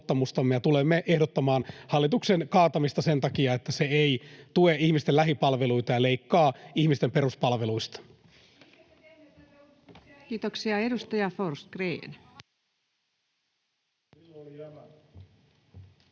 ja tulemme ehdottamaan hallituksen kaatamista sen takia, että se ei tue ihmisten lähipalveluita ja leikkaa ihmisten peruspalveluista. Kiitoksia. — Edustaja Forsgrén.